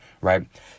right